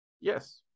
yes